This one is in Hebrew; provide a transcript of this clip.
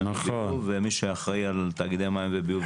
וביוב ומי שאחראי על תאגידי מים וביוב.